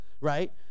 right